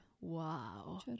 Wow